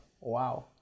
Wow